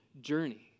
journey